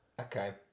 Okay